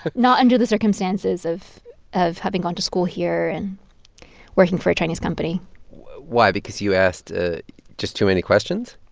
not under the circumstances of of having gone to school here and working for a chinese company why because you asked just too many questions?